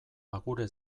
agure